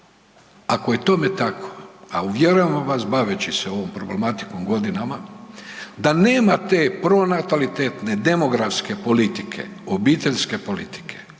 Ako je tome tako, a uvjeravam vas baveći se ovom problematikom godinama da nema te pronatalitetne, demografske politike, obiteljske politike,